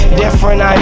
different